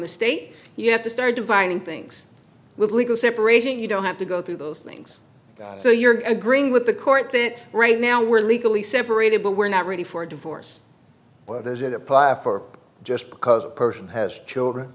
the state you have to start dividing things with legal separation you don't have to go through those things so you're green with the court that right now we're legally separated but we're not ready for divorce does it apply for just because a person has children